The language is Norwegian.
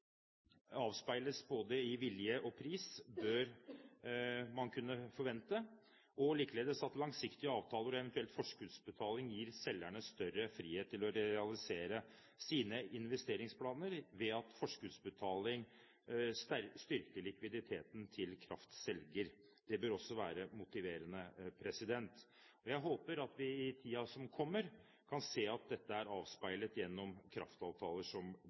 avspeiles både i vilje og pris, bør man kunne forvente, likeledes at langsiktige avtaler og eventuell forskuddsbetaling gir selgerne større frihet til å realisere sine investeringsplaner, ved at forskuddsbetaling styrker likviditeten til kraftselger. Det bør også være motiverende. Jeg håper at vi i tiden som kommer, kan se at dette avspeiles gjennom kraftavtaler som